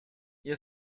ihr